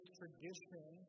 tradition